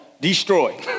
Destroy